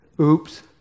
Oops